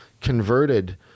converted